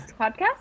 podcast